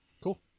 cool